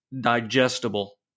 digestible